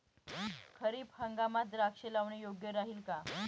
खरीप हंगामात द्राक्षे लावणे योग्य राहिल का?